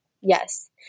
Yes